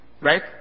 Right